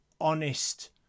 honest